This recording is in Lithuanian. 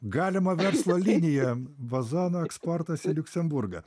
galima verslo linija vazonų eksportas į liuksemburgą